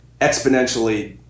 exponentially